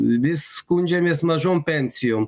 vis skundžiamės mažom pensijom